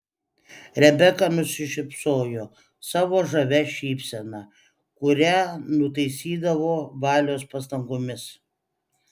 rebeka nusišypsojo savo žavia šypsena kurią nutaisydavo valios pastangomis